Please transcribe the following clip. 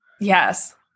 yes